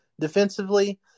defensively